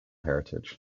heritage